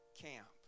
camp